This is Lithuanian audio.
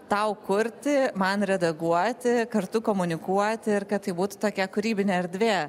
tau kurti man redaguoti kartu komunikuoti ir kad tai būtų tokia kūrybinė erdvė